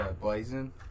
Blazing